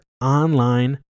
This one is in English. online